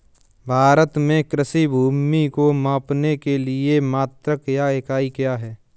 भारत में कृषि भूमि को मापने के लिए मात्रक या इकाई क्या है?